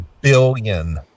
billion